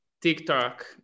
tiktok